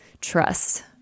trust